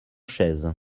chaise